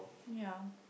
ya